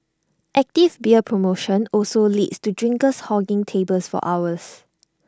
active beer promotion also leads to drinkers hogging tables for hours